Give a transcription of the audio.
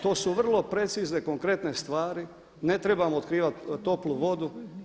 To su vrlo precizne konkretne stvari, ne trebamo otkrivati toplu vodu.